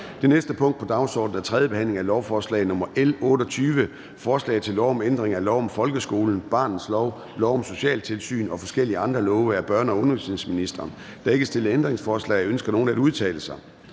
Det næste punkt på dagsordenen er: 18) 3. behandling af lovforslag nr. L 28: Forslag til lov om ændring af lov om folkeskolen, barnets lov, lov om socialtilsyn og forskellige andre love. (Styrkelse af undervisningen for anbragte og udsatte børn